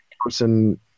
person